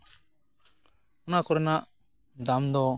ᱚᱱᱟ ᱠᱚᱨᱮᱱᱟᱜ ᱫᱟᱢ ᱫᱚ